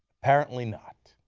apparently not.